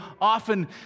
often